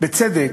בצדק,